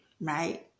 right